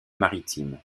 maritimes